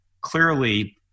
Clearly